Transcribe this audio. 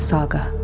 Saga